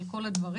על כל הדברים,